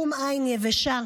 שום עין יבשה